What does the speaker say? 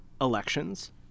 elections